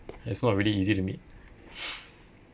it's not really easy to meet